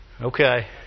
Okay